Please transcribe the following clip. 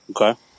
Okay